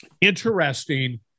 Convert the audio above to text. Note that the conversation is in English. Interesting